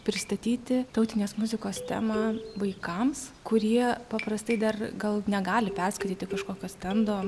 pristatyti tautinės muzikos temą vaikams kurie paprastai dar gal negali perskaityti kažkokio stendo